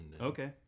Okay